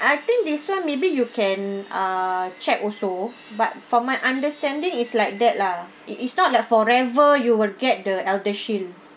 I think this one maybe you can uh check also but from my understanding is like that lah it it's not like forever you will get the eldershield